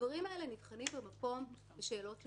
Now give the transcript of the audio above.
הדברים האלה נבחנים במקום בשאלות לסבירות.